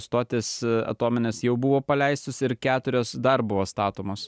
stotys atominės jau buvo paleistos ir keturios dar buvo statomos